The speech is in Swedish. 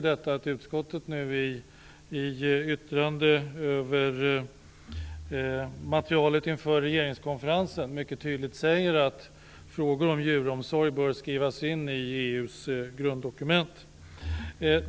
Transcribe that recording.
Utskottet säger nu i yttrande över materialet inför regeringskonferensen mycket tydligt att frågor om djuromsorg bör skrivas in i EU:s grunddokument. Herr talman!